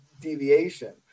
deviation